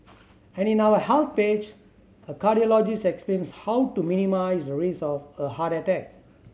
and in our Health page a cardiologist explains how to minimise the risk of a heart attack